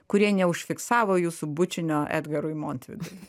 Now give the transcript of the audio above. kurie neužfiksavo jūsų bučinio edgarui montvidui